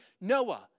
Noah